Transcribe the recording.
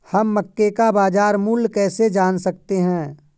हम मक्के का बाजार मूल्य कैसे जान सकते हैं?